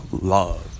love